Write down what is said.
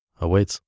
awaits